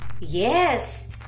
Yes